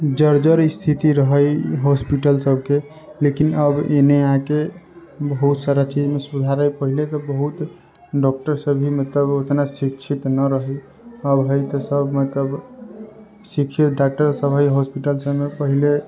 जर्जर स्थिति रहै हॉस्पिटल सभके लेकिन अब एने आके बहुत सारा चीजमे सुधार हइ पहिलेके बहुत मतलब डॉक्टर सभ भी मतलब ओतना शिक्षित नहि रहै अब हइ तऽ सभ मतलब शिक्षित डॉक्टर सभ हइ हॉस्पिटल सभमे पहिले